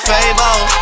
Fable